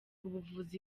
ubuvuzi